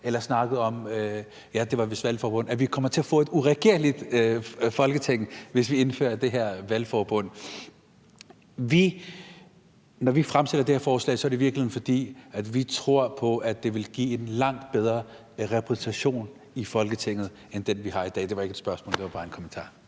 valgforbund, at man ville komme til at få et uregerligt Folketing, hvis man indførte det her med valgforbund. Når vi fremsætter det her forslag, er det i virkeligheden, fordi vi tror på, at det vil give en langt bedre repræsentation i Folketinget end den, vi har i dag. Det var ikke et spørgsmål; det var bare en kommentar.